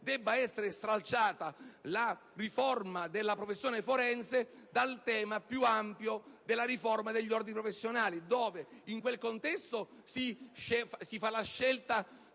debba essere stralciata la riforma della professione forense dal tema più ampio della riforma degli ordini professionali, considerato che, mentre in quel contesto si fa la scelta